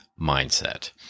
mindset